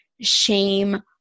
shame